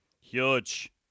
Huge